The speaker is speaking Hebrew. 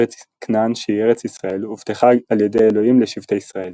ארץ כנען שהיא ארץ ישראל הובטחה על ידי אלוהים לשבטי ישראל.